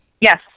Yes